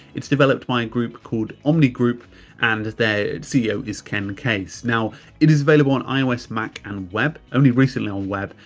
it's developed by a group called omni group and as their ceo is ken case. now it is available on ios, mac and web, only recently on web.